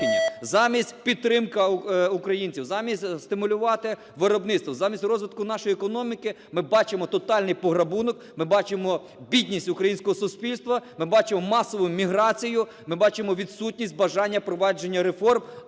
Замість підтримки українців, замість стимулювати виробництво, замість розвитку нашої економіки ми бачимо тотальний пограбунок, ми бачимо бідність українського суспільства, ми бачимо масову міграцію, ми бачимо відсутність бажання впровадження реформ,